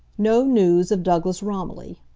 no news of douglas romilly.